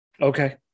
Okay